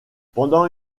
pendant